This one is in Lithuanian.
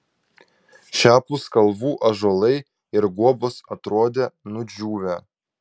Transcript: šiapus kalvų ąžuolai ir guobos atrodė nudžiūvę